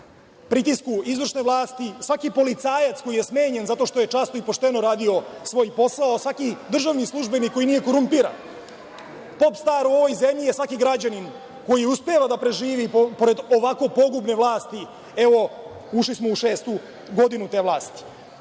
pritisku izvršne vlasti, svaki policajac koji je smenjen zato što je časno i pošteno radio svoj posao, svaki državni službenik koji nije korumpiran, „pop star“ je u ovoj zemlji svaki građanin koji uspeva da preživi pored ovako pogubne vlasti, evo ušli smo u šestu godinu te